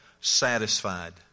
satisfied